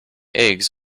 eggs